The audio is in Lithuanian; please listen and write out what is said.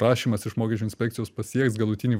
prašymas iš mokesčių inspekcijos pasieks galutinį